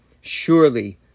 surely